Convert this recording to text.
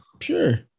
Sure